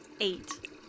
Eight